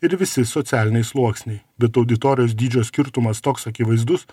ir visi socialiniai sluoksniai bet auditorijos dydžio skirtumas toks akivaizdus